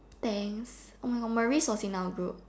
thanks oh my God Malriz was in our group